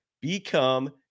become